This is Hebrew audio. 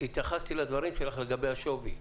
התייחסתי לדברים שלך לגבי השווי.